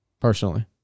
Personally